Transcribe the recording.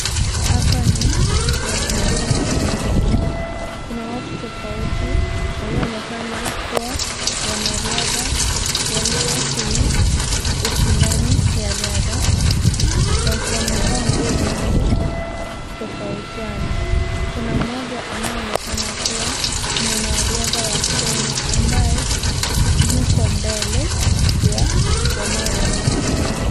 Hapa ni mazingira ya uwanjani kuna watu tofauti wanaonekana kuwa wanariadha waliyo kwenye ushindani ya riadha wamevaa zinazo tofautiana, kuna moja anayeonekana kuwa mwanariadha wa kenya ambaye yuko mbele ya wanakimbia.